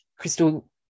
crystal